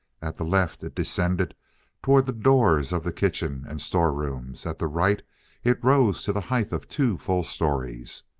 at the left it descended toward the doors of the kitchen and storerooms at the right it rose to the height of two full stories.